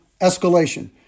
escalation